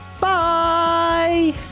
Bye